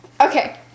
Okay